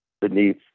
beneath